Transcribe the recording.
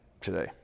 today